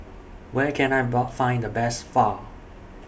Where Can I Bar Find The Best Pho